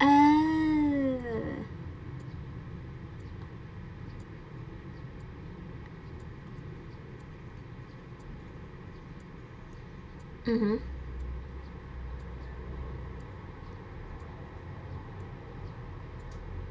oh mmhmm